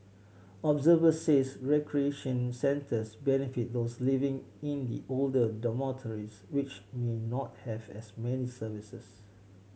observers says recreation centres benefit those living in the older dormitories which may not have as many services